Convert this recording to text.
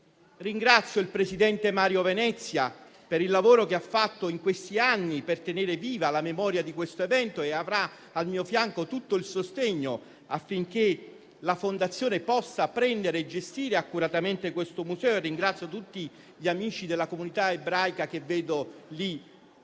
Ringrazio il presidente Mario Venezia per il lavoro che ha fatto negli ultimi anni per tenere viva la memoria di questo evento e avrà al mio fianco tutto il sostegno, affinché la Fondazione possa prendere e gestire accuratamente il Museo. Ringrazio tutti gli amici della comunità ebraica, che vedo